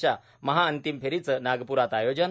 च्या महाअंतिम फेरीचं नागप्रात आयोजन